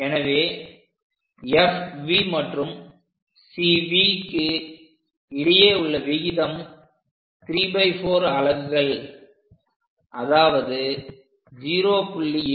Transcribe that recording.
எனவே FV மற்றும் CVக்கு இடையே உள்ள விகிதம் 34 அலகுகள் அதாவது 0